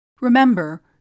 Remember